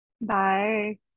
Bye